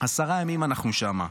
עשרה ימים אנחנו שם.